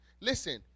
Listen